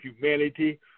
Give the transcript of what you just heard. humanity